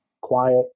quiet